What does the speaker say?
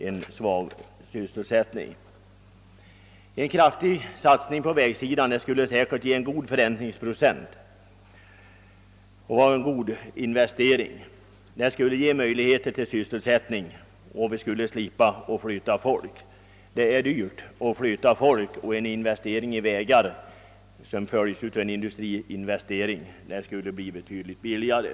En kraftig satsning för att förbättra vägarna skulle säkerligen ge god förräntning och visa sig bli en bra investering genom att fler sysselsättningstillfällen kunde skapas så att vi slapp flytta människorna. En sådan flyttning är dyr, och en investering i vägar som följs av en industriinvestering skulle bli betydligt billigare.